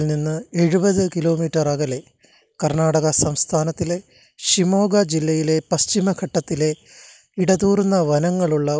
കഥയുമായി കപൂറും തിവാരിയും ഖാന്റെ അടുത്തേക്ക് പോകുകയും അതിന്റെ ആദ്യ വിവരണത്തിൽ തന്നെ ഖാന് അത് ഇഷ്ടപ്പെടുകയും ചെയ്തു